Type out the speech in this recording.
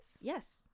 Yes